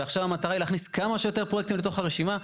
ועכשיו המטרה היא להכניס כמה שיותר פרויקטים לתוך הרשימה.